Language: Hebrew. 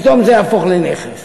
פתאום זה יהפוך לנכס.